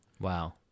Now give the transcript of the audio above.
wow